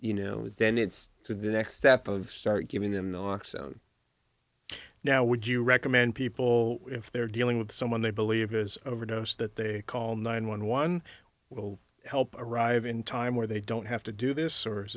you know then it's to the next step of start giving them the ox now would you recommend people if they're dealing with someone they believe has overdosed that they call nine one one will help arrive in time where they don't have to do this or is